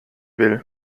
will